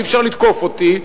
אי-אפשר לתקוף אותי,